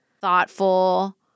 thoughtful